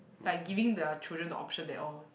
like giving their children the option that orh